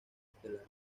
estelar